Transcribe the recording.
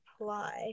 apply